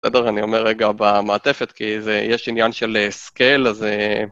בסדר, אני אומר רגע במעטפת, כי יש עניין של השכל, אז...